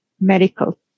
medical